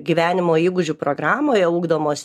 gyvenimo įgūdžių programoje ugdomos